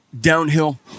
downhill